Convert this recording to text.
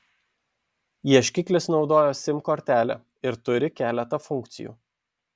ieškiklis naudoja sim kortelę ir turi keletą funkcijų